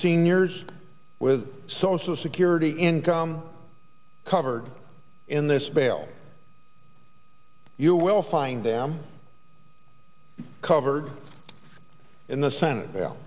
seniors with social security income covered in this bail you will find them covered in the senate